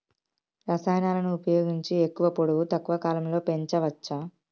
రసాయనాలను ఉపయోగించి ఎక్కువ పొడవు తక్కువ కాలంలో పెంచవచ్చా?